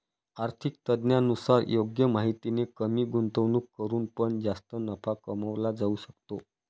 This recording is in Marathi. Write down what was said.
आर्थिक तज्ञांनुसार योग्य माहितीने कमी गुंतवणूक करून पण जास्त नफा कमवला जाऊ शकतो